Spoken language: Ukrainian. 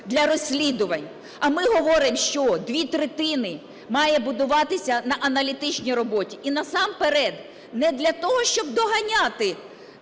для розслідувань. А ми говоримо, що дві третини має будуватися на аналітичній роботі і, насамперед, не для того, щоб доганяти